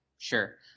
Sure